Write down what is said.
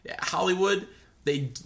Hollywood—they